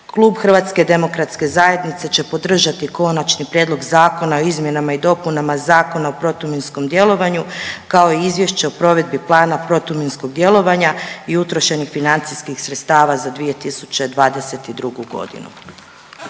Klub Hrvatske demokratske zajednice će podržati Konačni prijedlog zakona o izmjenama i dopunama Zakona o protuminskom djelovanju kao i Izvješće o provedbi Plana protuminskog djelovanja i utrošenih financijskih sredstava za 2022. godinu.